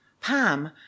Pam